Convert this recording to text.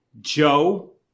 Joe